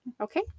okay